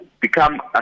become